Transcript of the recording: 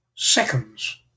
seconds